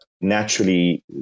naturally